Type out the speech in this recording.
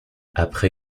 après